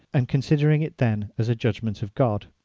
and considering it then as a judgment of god.